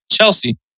Chelsea